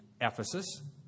Ephesus